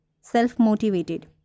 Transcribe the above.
self-motivated